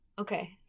okay